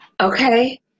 Okay